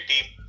team